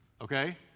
Okay